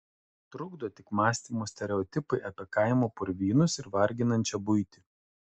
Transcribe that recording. trukdo tik mąstymo stereotipai apie kaimo purvynus ir varginančią buitį